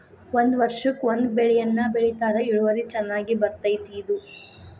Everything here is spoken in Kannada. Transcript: ಒಂದ ವರ್ಷಕ್ಕ ಒಂದ ಬೆಳೆಯನ್ನಾ ಬೆಳಿತಾರ ಇಳುವರಿ ಚನ್ನಾಗಿ ಬರ್ತೈತಿ ಇದು